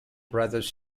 brothers